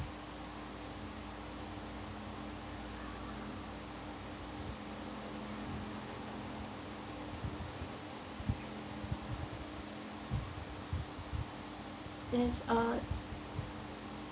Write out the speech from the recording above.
there's a